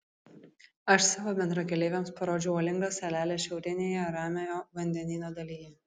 aš savo bendrakeleiviams parodžiau uolingą salelę šiaurinėje ramiojo vandenyno dalyje